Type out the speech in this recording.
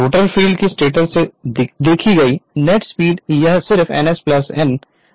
rotor field की stator से देखी गई नेट स्पीड यह सिर्फ nns n n s होगी